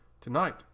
Tonight